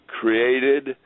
created